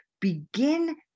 Begin